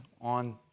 on